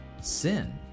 sin